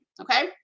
Okay